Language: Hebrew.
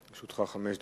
לרשותך חמש דקות.